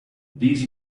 these